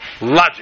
logic